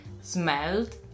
smelled